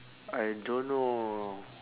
I don't know